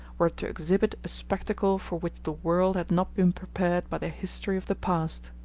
were to exhibit a spectacle for which the world had not been prepared by the history of the past.